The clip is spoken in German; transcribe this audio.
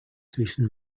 zwischen